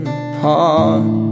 apart